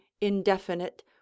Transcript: indefinite